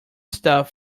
stuff